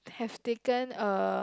have taken a